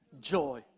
joy